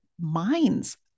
minds